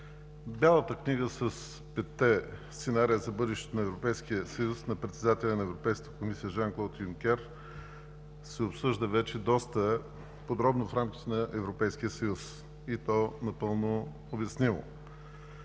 Бялата книга с петте сценария за бъдещето на Европейския съюз на председателя на Европейската комисия Жан-Клод Юнкер се обсъжда вече доста подробно в рамките на Европейския съюз, и то напълно обяснимо.